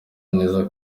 neza